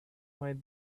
might